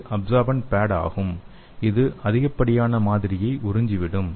இது absorbent pad ஆகும் இது அதிகப்படியான மாதிரியை உறிஞ்சிவிடும்